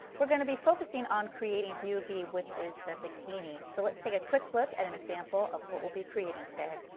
we are going to be focusing on creating view b which is that bikini. so let's take a quick look at an example of what we will be creating today.